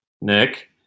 Nick